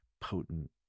potent